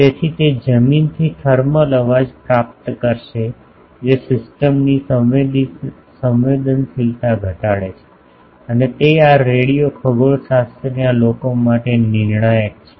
તેથી તે જમીનથી થર્મલ અવાજ પ્રાપ્ત કરશે જે સિસ્ટમની સંવેદનશીલતા ઘટાડે છે અને તે આ રેડિયો ખગોળશાસ્ત્રના લોકો માટે નિર્ણાયક છે